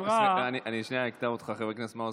אני שנייה אקטע אותך, חבר הכנסת מעוז.